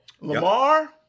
lamar